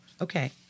Okay